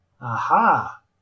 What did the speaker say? Aha